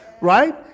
right